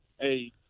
Hey